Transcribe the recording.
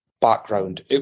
background